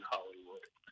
Hollywood